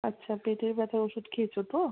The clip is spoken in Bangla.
আচ্ছা পেটের ব্যথার ওষুধ খেয়েছ তো